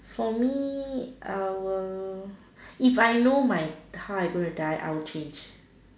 for me I will if I know my how I going to die I will change